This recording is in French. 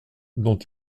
dont